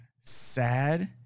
sad